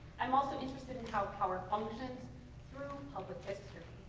i'm also interested in how power functions through public history.